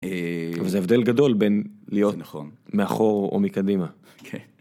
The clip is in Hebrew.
זה הבדל גדול בין להיות נכון מאחור או מקדימה.